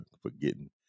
forgetting